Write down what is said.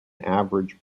average